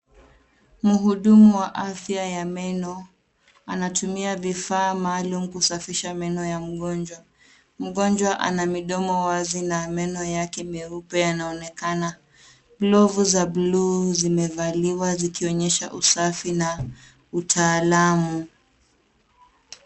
Mhudumu wa afya ya meno anatumia vifaa maalum kusafisha meno ya mgonjwa. Mgonjwa ana midomo wazi na meno yake meupe yanaonekana. Glovu za buluu zimevaliwa, zikionyesha usafi na utaalamu.